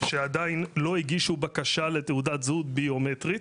שעדיין לא הגישו בקשה לתעודת זהות ביומטרית,